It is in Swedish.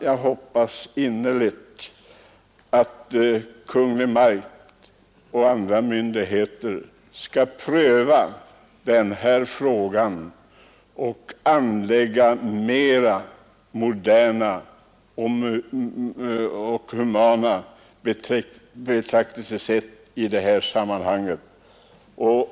Jag hoppas innerligt att Kungl. Maj:t och andra myndigheter skall pröva denna fråga och anlägga mera moderna och humana betraktelsesätt.